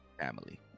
family